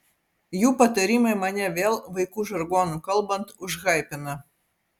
jų patarimai mane vėl vaikų žargonu kalbant užhaipina